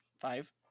Five